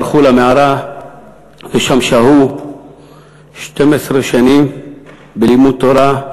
ברחו למערה ושם שהו 12 שנים בלימוד תורה.